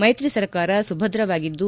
ಮೈತ್ರಿ ಸರಕಾರ ಸುಭದ್ರವಾಗಿದ್ದು